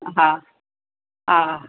हा हा